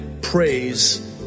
Praise